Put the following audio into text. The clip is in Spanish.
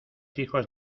hijos